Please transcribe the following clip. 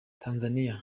tanzaniya